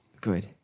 Good